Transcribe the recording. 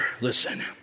listen